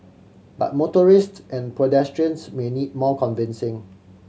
but motorists and pedestrians may need more convincing